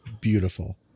beautiful